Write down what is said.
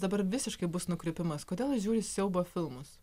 dabar visiškai bus nukrypimas kodėl žiūri siaubo filmus